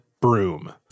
broom